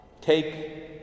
Take